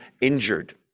injured